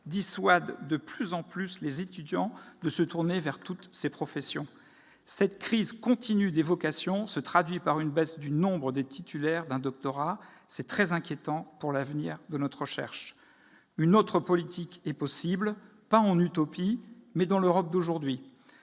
dissuadent de plus en plus les étudiants de se tourner vers toutes ses professions. Cette crise continue des vocations se traduit par une baisse du nombre des titulaires d'un doctorat, ce qui est très inquiétant pour l'avenir de notre recherche. Une autre politique est possible, pas en Utopie, mais dans l'Europe d'aujourd'hui